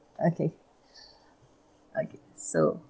okay okay so